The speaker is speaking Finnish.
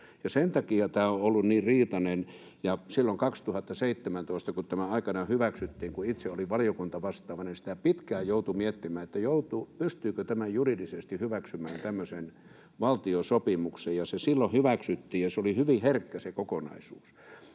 Sen takia tämä on ollut niin riitainen. Silloin 2017, kun tämä aikoinaan hyväksyttiin, itse olin valiokuntavastaavana, ja sitä pitkään joutui miettimään, pystyykö tämmöisen valtiosopimuksen juridisesti hyväksymään. Se silloin hyväksyttiin, ja oli hyvin herkkä se kokonaisuus.